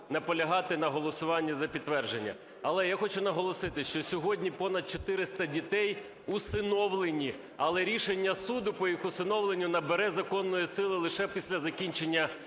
наполягати на голосуванні за підтвердження. Але я хочу наголосити, що сьогодні понад 400 дітей усиновлені, але рішення суду по їх усиновленню набере законної сили лише після закінчення карантину.